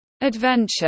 adventure